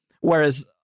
Whereas